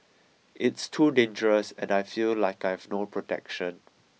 it's too dangerous and I feel like I have no protection